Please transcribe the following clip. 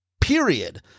period